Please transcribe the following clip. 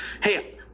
hey